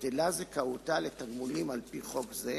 ובטלה זכאותה לתגמולים על-פי חוק זה.